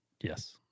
Yes